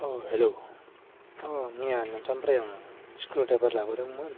औ हेलौ औ मैया नोंथांनिफ्राय आं स्क्रु ड्राइभार लाबोदोंमोन